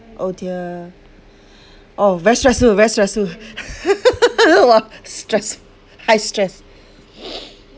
oh dear oh very stressful very stressful !wah! stress high stress